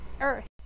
earth